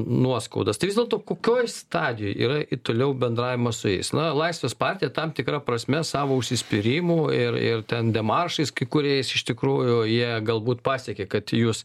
nuoskaudos tai vis dėl to kokioj stadijoj yra ir toliau bendravimas su jais na laisvės partija tam tikra prasme savo užsispyrimu ir ir ten demaršais kai kuriais iš tikrųjų jie galbūt pasiekė kad jūs